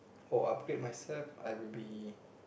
or upgrade myself I will be